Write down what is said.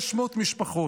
600 משפחות.